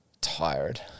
tired